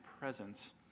presence